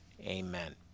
Amen